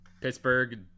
Pittsburgh